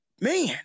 Man